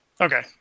Okay